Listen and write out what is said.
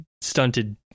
stunted